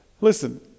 Listen